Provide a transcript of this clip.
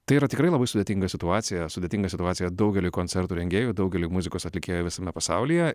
tai yra tikrai labai sudėtinga situacija sudėtinga situacija daugeliui koncertų rengėjų daugeliui muzikos atlikėjų visame pasaulyje